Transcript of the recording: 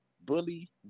Bully